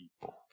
people